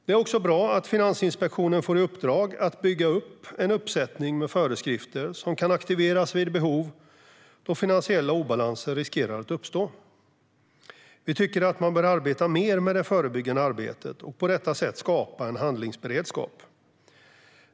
Det är bra att Finansinspektionen får i uppdrag att bygga upp en uppsättning föreskrifter som kan aktiveras vid behov då finansiella obalanser riskerar att uppstå. Vi tycker att man bör arbeta mer med det förebyggande arbetet och på detta sätt skapa handlingsberedskap.